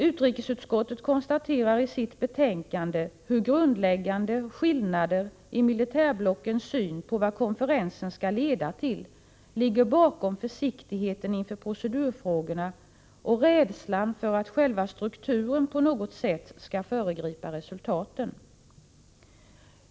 Utrikesutskottet konstaterar i sitt betänkande hur grundläggande skillnader i militärblockens syn på vad konferensen skall leda till ligger bakom försiktigheten inför procedurfrågorna och rädslan för att själva strukturen på något sätt skall föregripa resultaten.